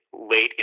late